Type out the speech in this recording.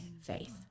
faith